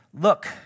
Look